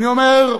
אני אומר,